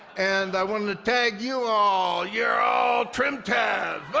and i want to tag you all. you're all trim tabs!